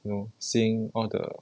you know seeing all the